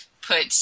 put